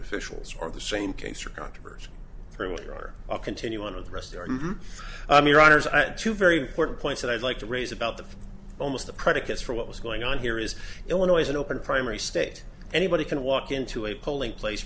officials are the same case or controversy three way or i'll continue on with the rest of your honor's two very important points that i'd like to raise about the almost a predicate for what was going on here is illinois an open primary state anybody can walk into a polling place